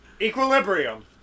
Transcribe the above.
equilibrium